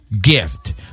gift